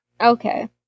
Okay